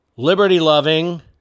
liberty-loving